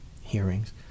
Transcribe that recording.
hearings